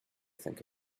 think